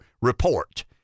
report